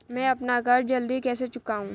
मैं अपना कर्ज जल्दी कैसे चुकाऊं?